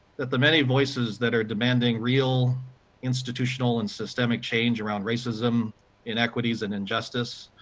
that the many voices that are demanding real institutional and systemic change around racism in equities and injustice,